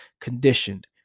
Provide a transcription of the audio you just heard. conditioned